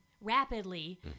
rapidly